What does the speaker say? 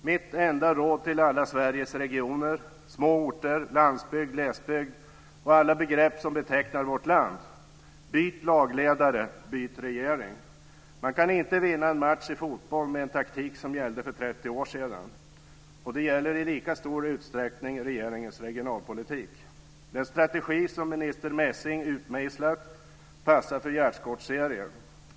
Mitt enda råd till alla Sveriges regioner, små orter, landsbygd, glesbygd och alla begrepp som betecknar vårt land är: Byt lagledare, byt regering. Man kan inte vinna en match i fotboll med en taktik som gällde för 30 år sedan. Det gäller i lika stor utsträckning regeringens regionalpolitik. Den strategi som minister Messing utmejslat passar för gärdsgårdsserien.